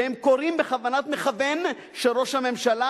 והם קורים בכוונת מכוון של ראש הממשלה,